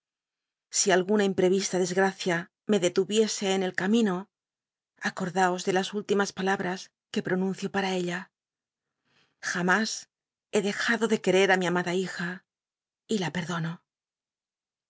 si alguna imp r eyista desgracia me dctuyiese en el camino acordaos de las últimas palabras que pronuncio para ella amás he dejado de querer a mi amada hija y la perdono